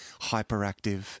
hyperactive